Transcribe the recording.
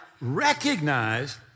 recognize